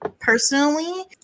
personally